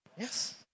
Yes